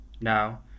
Now